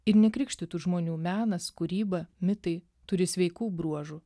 ir nekrikštytų žmonių menas kūryba mitai turi sveikų bruožų